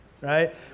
right